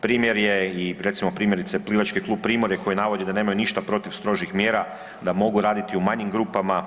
Primjer je recimo primjerice Plivački klub Primorje koji navodi da nemaju ništa protiv strožih mjera, da mogu raditi u manjim grupama.